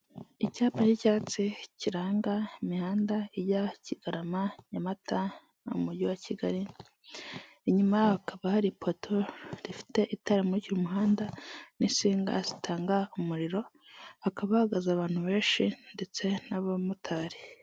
Icyapa cy'icyatsi kiranga imihanda ijya Kigarama, Nyamata, n'umujyi wa Kigali, inyuma y'aho hakaba hari ipoto rifite itara rimurikira umuhanda n'insinga zitanga umuriro, hakaba hahagaze abantu benshi ndetse n'abamotari.